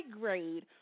grade